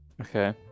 Okay